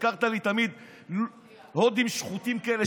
הזכרת לי תמיד הודים שחוטים כאלה,